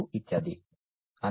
2 ಇತ್ಯಾದಿ